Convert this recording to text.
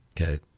Okay